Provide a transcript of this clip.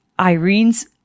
Irene's